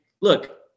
look